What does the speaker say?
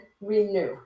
renew